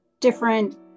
different